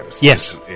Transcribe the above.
yes